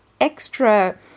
extra